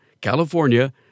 California